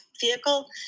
vehicle